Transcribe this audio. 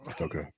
Okay